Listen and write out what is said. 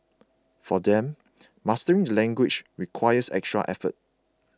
for them mastering the language requires extra effort